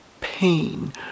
pain